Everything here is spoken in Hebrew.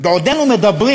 בעודנו מדברים